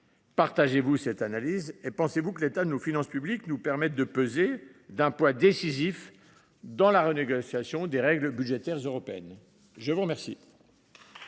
partagez-vous cette analyse ? Pensez-vous que l’état de nos finances publiques nous permette de peser, de façon décisive, dans la renégociation des règles budgétaires européennes ? La parole